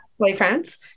boyfriends